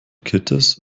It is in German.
kitts